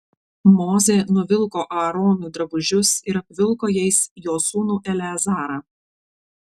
mozė nuvilko aaronui drabužius ir apvilko jais jo sūnų eleazarą